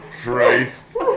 Christ